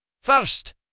First